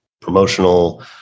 promotional